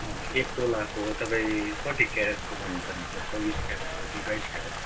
एक तोलाको तपाईँ कति क्यारेटको बनाउन चाहनुहुन्छ चौबिस क्यारेटको कि बाइस क्यारेटको